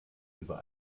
über